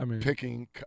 picking